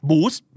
Boost